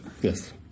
Yes